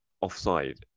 offside